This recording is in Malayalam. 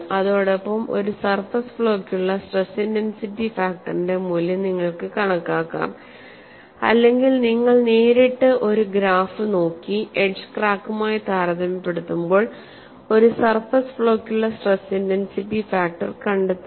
അതോടൊപ്പം ഒരു സർഫേസ് ഫ്ലോക്കുള്ള സ്ട്രെസ് ഇന്റൻസിറ്റി ഫാക്ടറിന്റെ മൂല്യം നിങ്ങൾക്ക് കണക്കാക്കാം അല്ലെങ്കിൽ നിങ്ങൾ നേരിട്ട് ഒരു ഗ്രാഫ് നോക്കി എഡ്ജ് ക്രാക്കുമായി താരതമ്യപ്പെടുത്തുമ്പോൾ ഒരു സർഫസ് ഫ്ളോക്കുള്ള സ്ട്രെസ് ഇന്റൻസിറ്റി ഫാക്ടർ കണ്ടെത്തുക